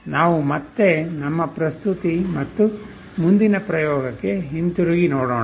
ನಾವು ಮತ್ತೆ ನಮ್ಮ ಪ್ರಸ್ತುತಿ ಮತ್ತು ಮುಂದಿನ ಪ್ರಯೋಗಕ್ಕೆ ಹಿಂತಿರುಗಿ ನೋಡೋಣ